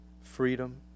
freedom